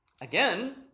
Again